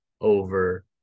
over